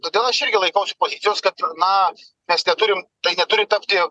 todėl aš irgi laikausi pozicijos kad na mes neturim tai neturi tapti